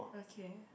okay